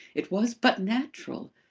it was but natural.